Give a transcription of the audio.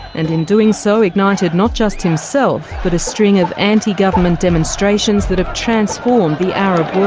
and in doing so ignited not just himself but a string of anti-government demonstrations that have transformed the arab world.